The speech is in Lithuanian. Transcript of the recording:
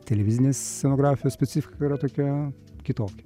televizinės scenografijos specifika yra tokia kitokia